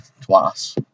Twice